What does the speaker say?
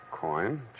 Coin